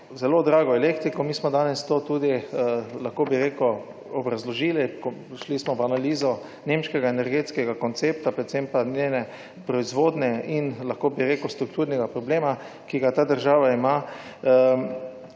zelo drago elektriko - mi smo danes to tudi, lahko bi rekel, obrazložili, šli smo v analizo nemškega energetskega koncepta, predvsem pa njene proizvodnje in lahko bi rekel, strukturnega problema, ki ga ta država ima.